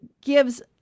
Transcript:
gives